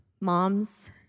Moms